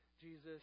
Jesus